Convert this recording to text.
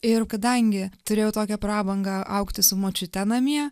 ir kadangi turėjau tokią prabangą augti su močiute namie